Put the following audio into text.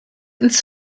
ins